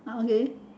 ah okay